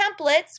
templates